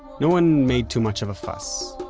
no one made too much of a fuss.